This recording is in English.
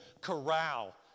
Corral